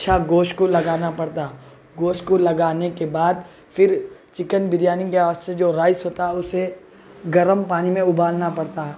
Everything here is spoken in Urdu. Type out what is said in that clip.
اچھا گوشت کو لگانا پڑتا گوشت کو لگانے کے بعد پھر چکن بریانی کے واسطے جو رائس ہوتا اسے گرم پانی میں ابالنا پڑتا